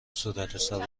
صورتحساب